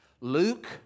Luke